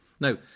Now